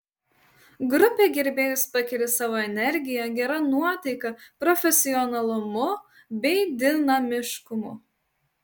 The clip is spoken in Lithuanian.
grupė gerbėjus pakeri savo energija gera nuotaika profesionalumu bei dinamiškumu